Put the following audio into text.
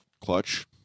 Clutch